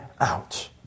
out